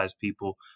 people